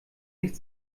nicht